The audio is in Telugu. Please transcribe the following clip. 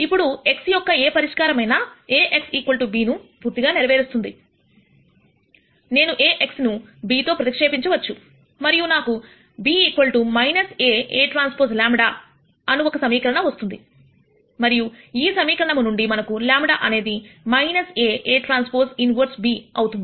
ఇప్పుడు x యొక్క ఏ పరిష్కారమైన Ax b ను పూర్తిగా నెరవేరుస్తుంది నేను Ax ను b తో ప్ప్రతిక్షేపించవచ్చు మరియు నాకు b A Aᵀ λ అను ఒక సమీకరణ వస్తుంది మరియు ఈ సమీకరణము నుండి మనకు λ అనేది A Aᵀ ఇన్వర్స్ b అవుతుంది